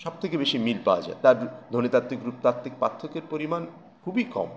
সব থেকে বেশি মিল পাওয়া যায় তার ধনীতাত্মিক রূপ তাত্বিক থেকে পার্থকের পরিমাণ খুবই কম